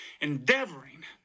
endeavoring